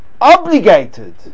obligated